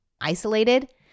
isolated